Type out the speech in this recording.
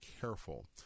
careful